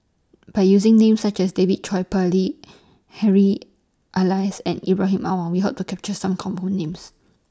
By using Names such as David Tay Poey Harry Elias and Ibrahim Awang We Hope to capture Some Common Names